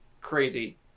Crazy